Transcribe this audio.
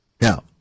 Now